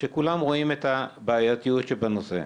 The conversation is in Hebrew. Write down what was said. שכולם רואים את הבעייתיות שבנושא.